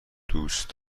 دوست